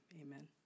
Amen